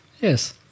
Yes